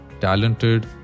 talented